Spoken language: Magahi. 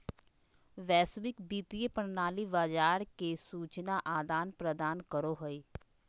वैश्विक वित्तीय प्रणाली बाजार के सूचना आदान प्रदान करो हय